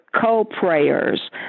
co-prayers